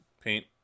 paint